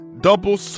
Double